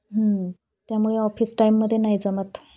त्यामुळे ऑफिस टाइममध्ये नाही जमत